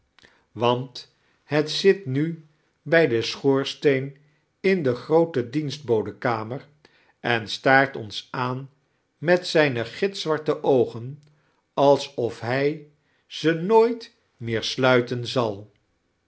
want het zit nu bij den schoorsteea in de groote dienstibodenkamer en staart ohs aan met zijne gitizwarte oogen alsof hij ze nooit meea sluitea zal